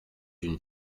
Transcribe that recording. une